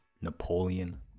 Napoleon